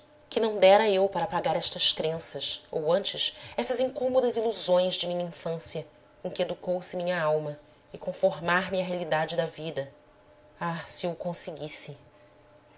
que não dera eu para apagar estas crenças ou antes essas incômodas ilusões de minha infância com que educou se minha alma e conformar me à realidade da vida oh se eu o conseguisse